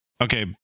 Okay